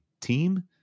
team